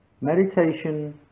Meditation